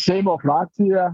seimo frakcija